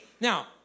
Now